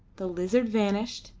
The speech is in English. the lizard vanished,